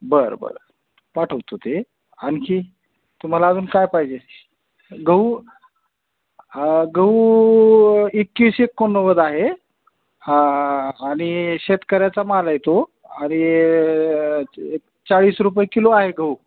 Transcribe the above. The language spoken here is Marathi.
बरं बरं पाठवतो ते आणखी तुम्हाला अजून काय पाहिजे गहू गहू एकवीस एकोण्णवद आहे हा आणि शेतकऱ्याचा माल येतो आणि एक चाळीस रुपये किलो आहे गहू